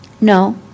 No